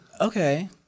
okay